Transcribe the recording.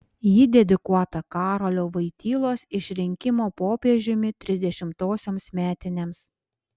ji dedikuota karolio vojtylos išrinkimo popiežiumi trisdešimtosioms metinėms